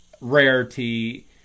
rarity